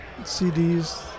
CDs